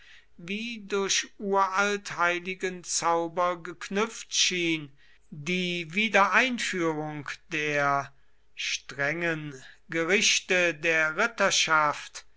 wie durch uralt heiligen zauber geknüpft schien die wiedereinführung der strengen gerichte der